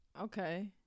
Okay